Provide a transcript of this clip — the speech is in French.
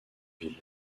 ville